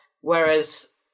whereas